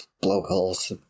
blowholes